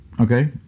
Okay